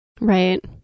Right